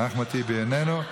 אחמד טיבי, איננו.